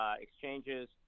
exchanges